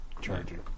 charging